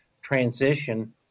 transition